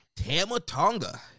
Tamatonga